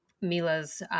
Mila's